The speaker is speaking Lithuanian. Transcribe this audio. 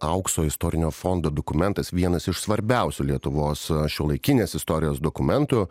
aukso istorinio fondo dokumentas vienas iš svarbiausių lietuvos šiuolaikinės istorijos dokumentų